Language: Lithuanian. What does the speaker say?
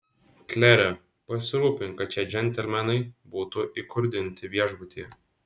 klere pasirūpink kad šie džentelmenai būtų įkurdinti viešbutyje